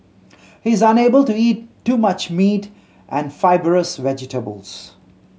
he is unable to eat too much meat and fibrous vegetables